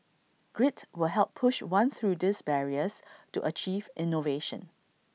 grit will help push one through these barriers to achieve innovation